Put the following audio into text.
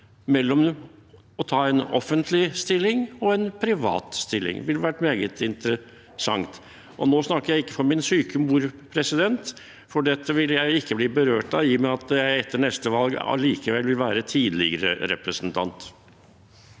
mellom det å ta en offentlig stilling og en privat stilling. Det ville vært meget interessant. Nå snakker jeg ikke for min syke mor, for dette vil jeg ikke bli berørt av, i og med at jeg etter neste valg vil være tidligere representant.